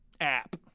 app